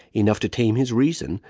enough to tame his reason,